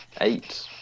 eight